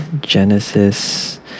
Genesis